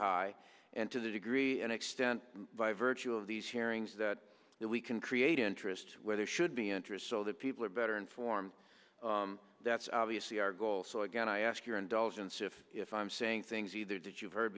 high and to the degree and extent by virtue of these hearings that we can create interest where there should be interest so that people are better informed that's obviously our goal so again i ask your indulgence if if i'm saying things either that you've heard